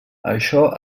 això